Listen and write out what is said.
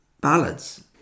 ballads